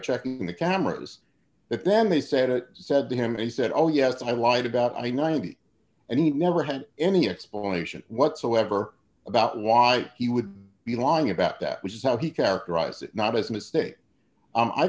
checking the cameras that then they said it said to him and he said oh yes i lied about i ninety and he never had any explanation whatsoever about why he would be lying about that which is how he characterized it not as a mistake